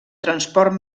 transport